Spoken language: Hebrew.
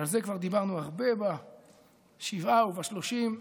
ועל זה כבר דיברנו הרבה בשבעה ובשלושים.